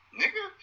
nigga